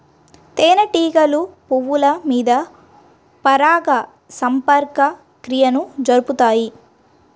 తేనెటీగలు పువ్వుల మీద పరాగ సంపర్క క్రియను జరుపుతాయి